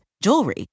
jewelry